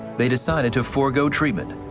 they decided to forgo treatment,